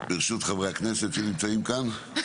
פותח חזרה את הישיבה ברשות חברי הכנסת שנמצאים כאן,